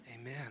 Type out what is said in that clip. Amen